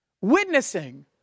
witnessing